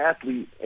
athlete